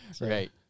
Right